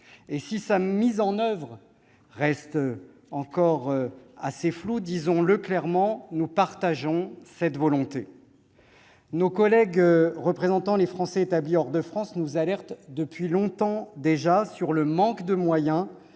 Si sa mise en oeuvre reste encore assez floue, disons-le clairement, nous partageons cette volonté. Nos collègues représentant les Français établis hors de France nous alertent depuis longtemps déjà sur le manque de moyens